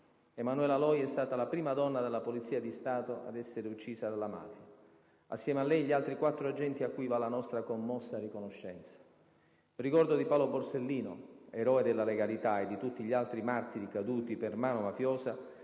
Emanuela Loi è stata la prima donna della Polizia di Stato ad essere uccisa dalla mafia; assieme a lei gli altri quattro agenti, a cui va la nostra commossa riconoscenza. Il ricordo di Paolo Borsellino, eroe della legalità, e di tutti gli altri martiri caduti per mano mafiosa